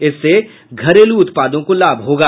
इससे घरेलू उत्पादों को लाभ होगा